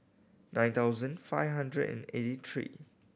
nine thousand five hundred and eighty three